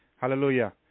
hallelujah